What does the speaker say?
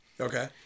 Okay